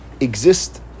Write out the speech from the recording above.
exist